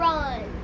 Run